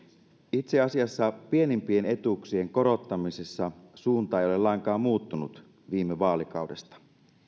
itse asiassa pienimpien etuuksien korottamisessa suunta ei ole lainkaan muuttunut viime vaalikaudesta